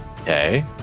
Okay